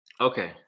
Okay